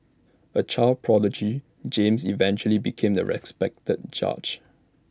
A child prodigy James eventually became A respected judge